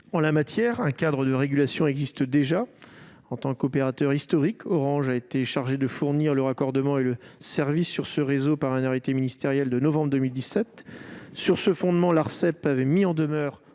En la matière, un cadre de régulation existe déjà : en tant qu'opérateur historique, Orange a été chargé de fournir le raccordement et le service sur ce réseau par un arrêté ministériel de novembre 2017. Sur ce fondement, l'Arcep avait mis en demeure